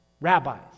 rabbis